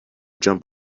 jump